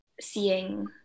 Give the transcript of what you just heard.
seeing